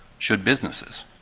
should businesses?